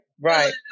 right